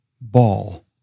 ball